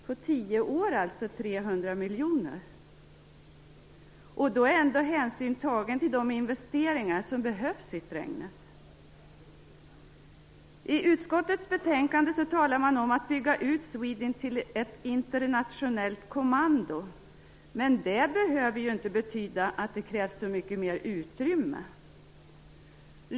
På tio år blir det alltså 300 miljoner, och då är ändå hänsyn tagen till de investeringar som behövs i Strängnäs. I utskottets betänkande talas det om att bygga ut SWEDINT till ett internationellt kommando, men det behöver inte betyda att det krävs så mycket mera utrymme.